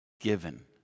Given